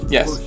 Yes